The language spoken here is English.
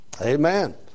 Amen